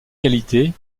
qualités